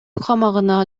камагына